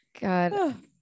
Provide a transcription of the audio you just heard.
God